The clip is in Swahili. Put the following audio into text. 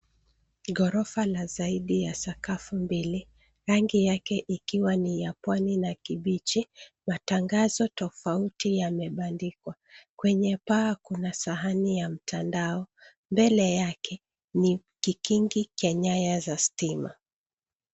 Ghorofa la zaidi ya sakafu mbili, rangi yake ikiwa ni ya pwani na kibichi. Matangazo tofauti yamebandikwa. Kwenye paa Kuna sahani ya mtandao, mbele yake ni kikingi cha nyaya za stima.